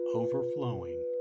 overflowing